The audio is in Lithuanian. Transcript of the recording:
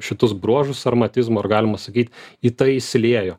šitus bruožus sarmatizmo ir galima sakyt į tai įsiliejo